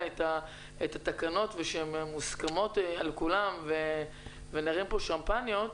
את התקנות ושהן מוסכמות על כולם ונרים פה שמפניות.